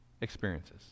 experiences